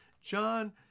John